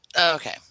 Okay